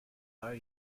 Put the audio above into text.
are